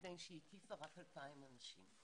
מפני שהיא הקיפה רק 2,000 אנשים,